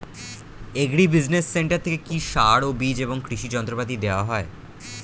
Agri business centre থেকে কি সার ও বিজ এবং কৃষি যন্ত্র পাতি দেওয়া হয়?